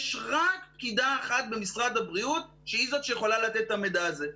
יש רק פקידה אחת במשרד הבריאות שהיא זאת שיכולה לתת את המידע הזה.